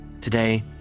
today